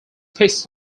pieces